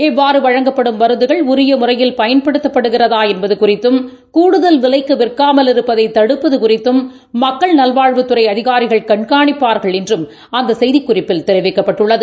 இவ்வாறுவழங்கப்படும் மருந்துகள் உரியமுறையில் பயன்படுத்தப்படுகிறதாஎன்பதுகுறித்தும் கூடுகல் விலைக்குவிற்காமல் இருப்பதைதடுப்பதுகுறித்தம் மக்கள் நல்வாழ்வுத்துறைஅதிகாரிகள் கண்காணிப்பாளர்கள் என்றும் அந்தசெய்திக்குறிப்பில் தெரிவிக்கப்பட்டுள்ளது